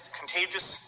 contagious